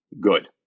good